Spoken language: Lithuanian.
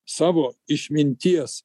savo išminties